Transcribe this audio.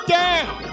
down